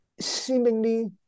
seemingly